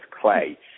clay